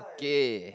okay